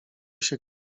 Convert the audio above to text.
się